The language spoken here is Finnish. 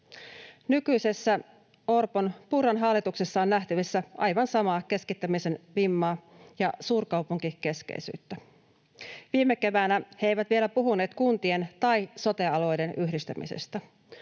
Nykyisessä Orpon—Purran hallituksessa on nähtävissä aivan samaa keskittämisen vimmaa ja suurkaupunkikeskeisyyttä. Viime keväänä he eivät vielä puhuneet kuntien tai sote-alueiden yhdistämisestä